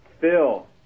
Phil